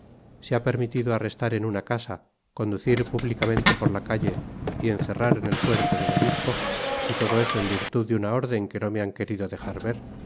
se ha permitido arrestar en una casa conducir públicamente por la calle y encerrar en el fuerte del obispo y todo eso en virtud de una órden que no me han querido dejar ver